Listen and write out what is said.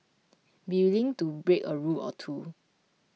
be willing to break a rule or two